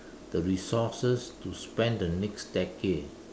the resources to spend the next decade